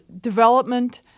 development